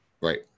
Right